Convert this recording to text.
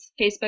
Facebook